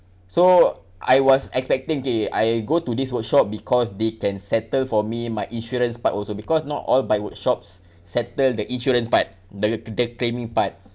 so I was expecting K I go to this workshop because they can settle for me my insurance part also because not all bike workshops settle the insurance part the the claiming part